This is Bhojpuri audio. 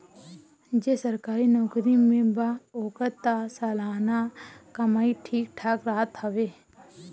जे सरकारी नोकरी में बा ओकर तअ सलाना कमाई ठीक ठाक रहत हवे